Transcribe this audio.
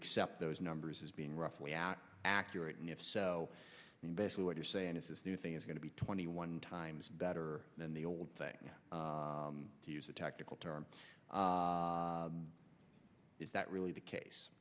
accept those numbers as being roughly at accurate and if so basically what you're saying is this new thing is going to be twenty one times better than the old thing to use a technical term is that really the case